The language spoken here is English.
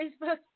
Facebook